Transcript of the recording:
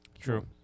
true